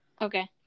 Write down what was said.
okay